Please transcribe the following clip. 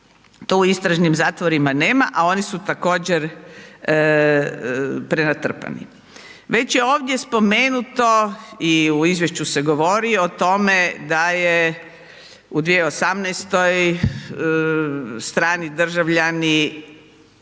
to u istražnim zatvorima nema a oni su također prenatrpani. Već je ovdje spomenuto i o izvješću se govori o tome da je u 2018. strani državljani